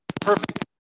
perfect